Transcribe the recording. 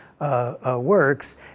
works